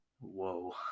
Whoa